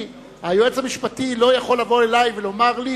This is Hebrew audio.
היועץ המשפטי לא יכול לבוא אלי ולומר לי: